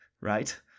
Right